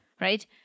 Right